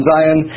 Zion